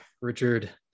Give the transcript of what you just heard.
Richard